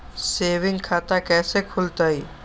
Saving खाता कैसे खुलतई?